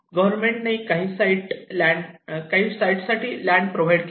government ने काही site साठी लँड प्रोव्हाइड केली